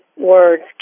words